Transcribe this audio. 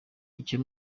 icyo